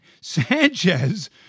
Sanchez